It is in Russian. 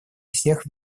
всех